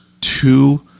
two